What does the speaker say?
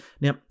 now